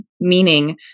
meaning